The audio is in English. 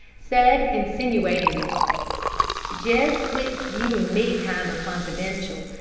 said insinuatingly jest twixt you and me kinder confidential,